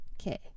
Okay